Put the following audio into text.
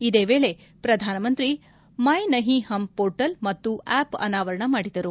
ಇದೇ ವೇಳೆ ಪ್ರಧಾನಮಂತ್ರಿ ಮೈ ನಹೀ ಹಮ್ ಪೋರ್ಟಲ್ ಮತ್ತು ಆಪ್ ಅನಾವರಣ ಮಾಡಿದರು